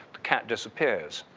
cat disappears.